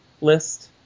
list